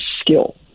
skill